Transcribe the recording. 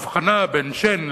ההבחנה בין שן,